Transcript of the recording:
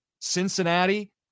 Cincinnati